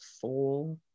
four